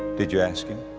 did you ask him?